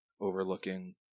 overlooking